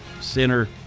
Center